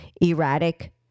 erratic